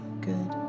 good